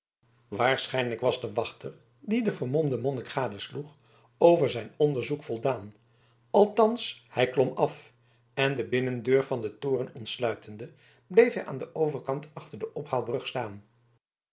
waarschijnlijk was de wachter die den vermomden monnik gadesloeg over zijn onderzoek voldaan althans hij klom af en de binnendeur van den toren ontsluitende bleef hij aan den overkant achter de ophaalbrug staan